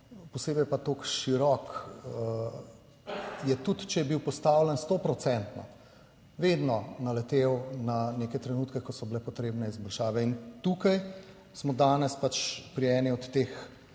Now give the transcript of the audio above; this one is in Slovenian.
posebej pa tako širok je tudi, če je bil postavljen sto procentno, vedno naletel na neke trenutke, ko so bile potrebne izboljšave. In tukaj smo danes pač pri eni od teh